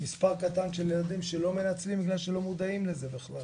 מספר קטן של ילדים שלא מנצלים בגלל שהם לא מודעים לזה בכלל.